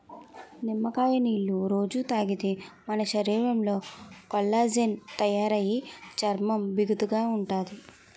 నిమ్మకాయ నీళ్ళు రొజూ తాగితే మన శరీరంలో కొల్లాజెన్ తయారయి చర్మం బిగుతుగా ఉంతాది